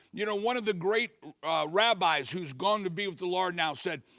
you know one of the great rabbis who's gone to be with the lord now said,